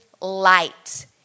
light